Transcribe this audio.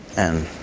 and